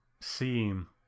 seem